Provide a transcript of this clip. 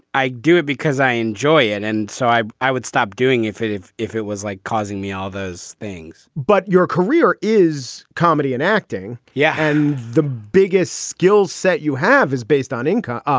i do it because i enjoy it and so i i would stop doing if it if if it was like causing me all those things but your career is comedy and acting. yeah. and the biggest skill set you have is based on income. ah